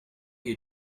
you